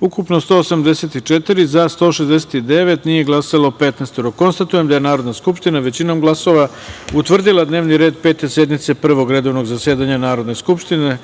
ukupno – 184, za – 169, nije glasalo – 15.Konstatujem da je Narodna skupština većinom glasova utvrdila dnevni red Pete sednice Prvog redovnog zasedanja Narodne skupštine,